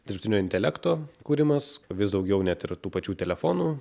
dirbtinio intelekto kūrimas vis daugiau net ir tų pačių telefonų